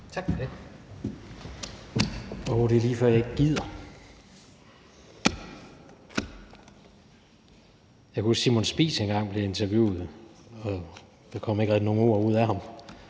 Tak for det.